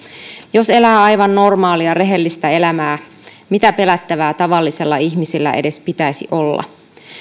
jos elää aivan normaalia rehellistä elämää mitä pelättävää tavallisella ihmisellä edes pitäisi olla